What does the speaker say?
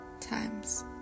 times